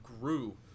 grew